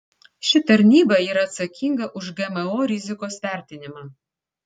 ši tarnyba yra atsakinga už gmo rizikos vertinimą